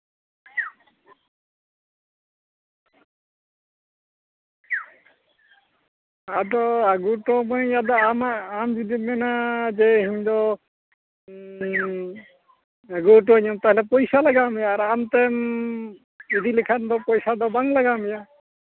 ᱟᱫᱚ ᱟᱹᱜᱩ ᱦᱚᱴᱚᱣᱟᱹᱢᱟᱹᱧ ᱟᱢᱟᱜ ᱟᱢ ᱡᱩᱫᱤᱢ ᱢᱮᱱᱟ ᱡᱮ ᱤᱧ ᱫᱚ ᱟᱹᱜᱩ ᱦᱚᱴᱚᱣᱟᱹᱢᱟᱹᱧ ᱛᱟᱦᱞᱮ ᱯᱚᱭᱥᱟ ᱞᱟᱜᱟᱣ ᱢᱮᱭᱟ ᱟᱨ ᱟᱢᱛᱮᱢ ᱤᱫᱤᱞᱮᱠᱷᱟᱱ ᱫᱚ ᱯᱚᱭᱥᱟ ᱫᱚ ᱵᱟᱝ ᱞᱟᱜᱟᱣ ᱢᱮᱭᱟ